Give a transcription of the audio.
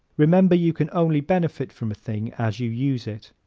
remember you can only benefit from a thing as you use it.